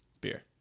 Beer